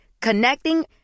Connecting